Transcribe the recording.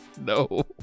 No